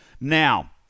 Now